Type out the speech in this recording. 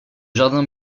jardin